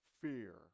Fear